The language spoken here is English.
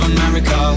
America